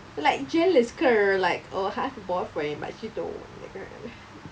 like jealous ke like oh I have a boyfriend but you don't like err